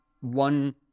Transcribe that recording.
one